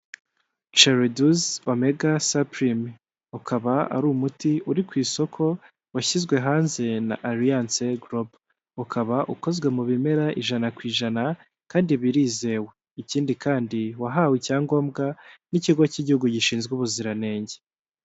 Choleduz omega supreme, ukaba ari umuti uri ku isoko washyizwe hanze na alliance global; ukaba ukozwe mu bimera ijana ku ijana, kandi birizewe. Ikindi kandi wahawe icyangombwa n'ikigo cy'Igihugu gishinzwe ubuziranenge.